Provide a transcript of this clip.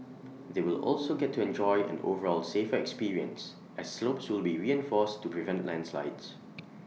they will also get to enjoy an overall safer experience as slopes will be reinforced to prevent landslides